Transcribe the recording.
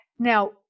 Now